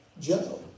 Joe